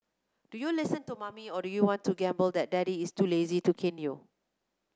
do you listen to mommy or do you want to gamble that daddy is too lazy to cane you